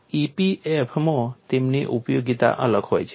EPF માં તેમની ઉપયોગિતા અલગ હોય છે